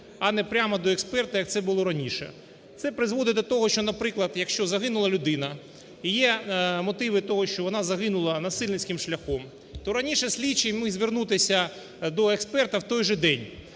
а не прямо до експерта як це було раніше. Це призводить до того, що, наприклад, якщо загинула людина і є мотиви того, що вона загинула насильницьким шляхом. То раніше слідчий міг звернутися до експерта в той же день,